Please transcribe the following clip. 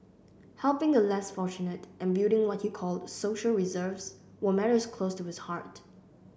helping the less fortunate and building what he called social reserves were matters close to his heart